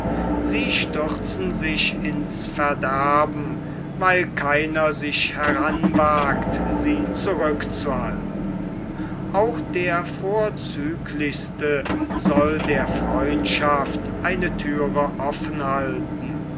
sie stürzen sich ins verderben weil keiner sich heranwagt sie zurückzuhalten auch der vorzüglichste soll der freundschaft eine thüre offen halten